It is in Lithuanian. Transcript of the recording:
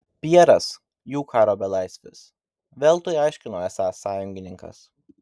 pjeras jų karo belaisvis veltui aiškino esąs sąjungininkas